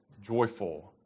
joyful